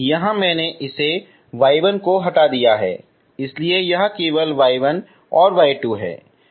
यहां मैंने इस y1 को हटा दिया है इसलिए यह केवल y1 और y2 है